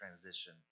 transition